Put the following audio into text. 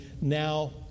now